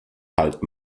halt